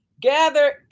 gather